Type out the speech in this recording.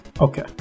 Okay